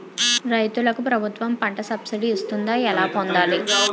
రైతులకు ప్రభుత్వం పంట సబ్సిడీ ఇస్తుందా? ఎలా పొందాలి?